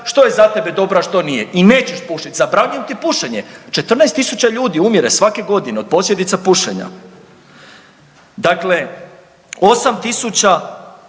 što je za tebe dobro, a što nije i nećeš pušit, zabranjujem ti pušenje, 14.000 ljudi umire svake godine od posljedica pušenja. Dakle, 8.000